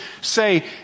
say